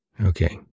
Okay